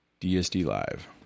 DSD-Live